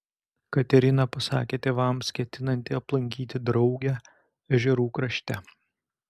katerina pasakė tėvams ketinanti aplankyti draugę ežerų krašte